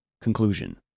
Conclusion